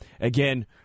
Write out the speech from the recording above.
Again